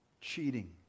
cheating